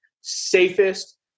safest